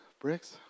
Bricks